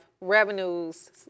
revenues